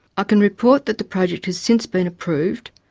i can report that the project has since been approved,